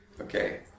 okay